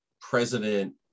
president